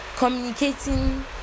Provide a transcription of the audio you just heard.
Communicating